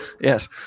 Yes